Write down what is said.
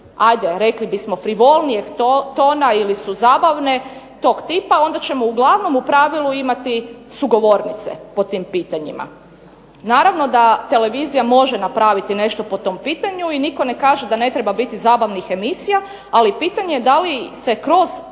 koje su frivolnijeg tona ili su zabavne tog tipa onda ćemo uglavnom u pravilu imati sugovornice po tim pitanjima. Naravno da televizija može nešto napraviti po tom pitanju i nitko ne kaže da ne treba biti zabavnih emisija ali pitanje da li se kroz